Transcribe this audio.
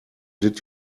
did